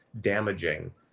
damaging